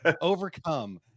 Overcome